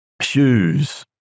shoes